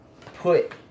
put